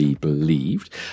believed